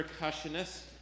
percussionist